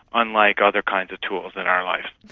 unlike other kinds of tools in our life.